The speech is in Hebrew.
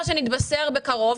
מקווה מאוד שנתבשר בקרוב,